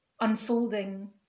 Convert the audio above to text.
unfolding